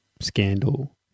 scandal